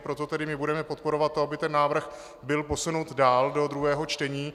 Proto tedy my budeme podporovat to, aby ten návrh byl posunut dál do druhého čtení.